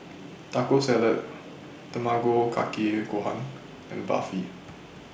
Taco Salad Tamago Kake Gohan and Barfi